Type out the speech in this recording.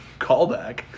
Callback